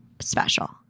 special